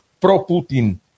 pro-Putin